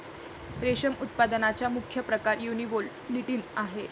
रेशम उत्पादनाचा मुख्य प्रकार युनिबोल्टिन आहे